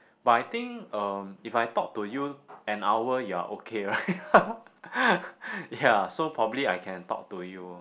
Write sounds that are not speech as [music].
but I think um if I talk to you an hour you're okay right [laughs] ya so probably I can talk to you orh